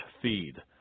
feed